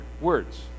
words